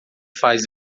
faz